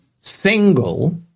single